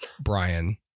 brian